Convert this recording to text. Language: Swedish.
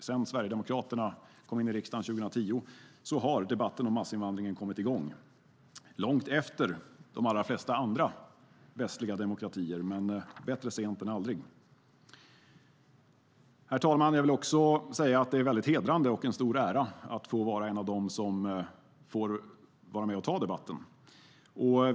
Sedan Sverigedemokraterna kom in i riksdagen 2010 har debatten om massinvandringen kommit i gång - långt efter de allra flesta andra västliga demokratier, men bättre sent än aldrig. Herr talman! Jag vill också säga att det är väldigt hedrande och en stor ära att få vara en av dem som får vara med och ta debatten.